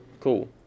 Cool